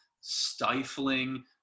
stifling